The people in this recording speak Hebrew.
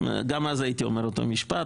גם אז הייתי אומר אותו משפט.